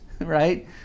right